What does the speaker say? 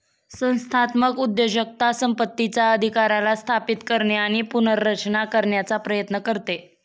संस्थात्मक उद्योजकता संपत्तीचा अधिकाराला स्थापित करणे आणि पुनर्रचना करण्याचा प्रयत्न करते